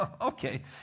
okay